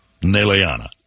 Neleana